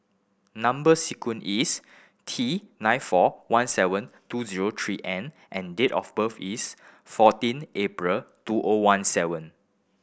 number sequence is T nine four one seven two zero three N and date of birth is fourteen April two O one seven